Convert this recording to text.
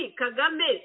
kagame